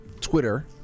Twitter